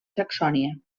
saxònia